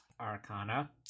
Arcana